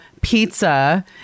pizza